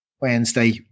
Wednesday